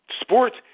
sports